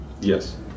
Yes